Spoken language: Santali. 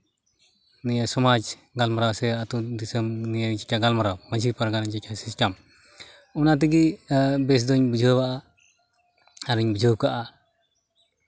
ᱱᱤᱭᱟᱹ ᱥᱚᱢᱟᱡᱽ ᱜᱟᱞᱢᱟᱨᱟᱣ ᱥᱮ ᱟᱹᱛᱩ ᱫᱤᱥᱚᱢ ᱱᱤᱭᱮ ᱡᱮᱴᱟ ᱜᱟᱞᱢᱟᱨᱟᱣ ᱢᱟᱺᱡᱷᱤ ᱯᱟᱨᱜᱟᱱᱟ ᱡᱮᱴᱟ ᱥᱤᱥᱴᱮᱢ ᱚᱱᱟ ᱛᱮᱜᱮ ᱵᱮᱥ ᱫᱩᱧ ᱵᱩᱡᱷᱟᱹᱣᱟ ᱟᱨᱤᱧ ᱵᱩᱡᱷᱟᱹᱣ ᱟᱠᱟᱫᱼᱟ